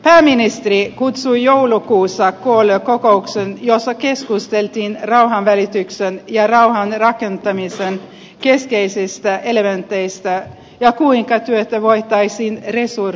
pääministeri kutsui joulukuussa koolle kokouksen jossa keskusteltiin rauhanvälityksen ja rauhan rakentamisen keskeisistä elementeistä ja kuinka työtä voitaisiin resursoida